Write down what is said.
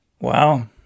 Wow